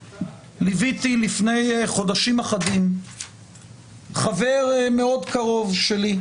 ליוויתי לפני חודשים אחדים חבר מאוד קרוב שלי,